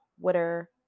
Twitter